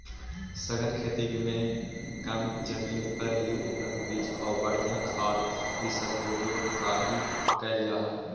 सघन खेती में कम जमीन पर ही उन्नत बीज आउ बढ़ियाँ खाद ई सब के उपयोग कयल जा हई